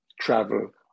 travel